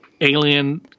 alien